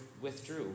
withdrew